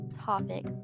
topic